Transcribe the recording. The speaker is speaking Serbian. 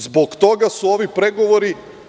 Zbog toga su ovi pregovori.